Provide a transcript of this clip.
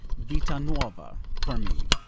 vita nuova for me.